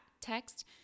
text